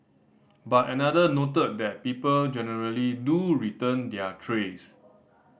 but another noted that people generally do return their trays